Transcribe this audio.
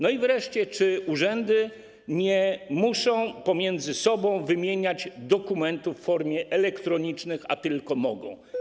No i wreszcie czy urzędy nie muszą pomiędzy sobą wymieniać dokumentów w formie elektronicznej, a tylko mogą?